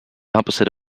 opposite